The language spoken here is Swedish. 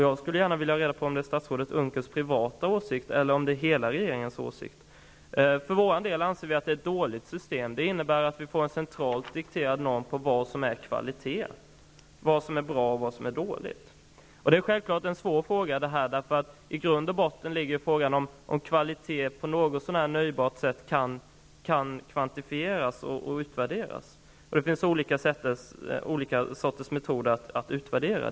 Jag skulle gärna vilja ha reda på om det är statsrådet Unckels privata åsikt, eller om det är hela regeringens åsikt. För vår del anser vi att det är ett dåligt system. Det innebär att vi får en centralt dikterad norm för vad som är kvalitet, för vad som är bra och vad som är dåligt. Detta är självfallet en svår fråga. I grunden ligger frågan om kvalitet på ett något så när nöjaktigt sätt kan kvantifieras och utvärderas. Det finns olika metoder att utvärdera.